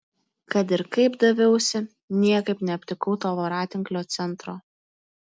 kad ir kaip daviausi niekaip neaptikau to voratinklio centro